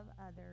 others